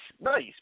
Nice